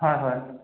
হয় হয়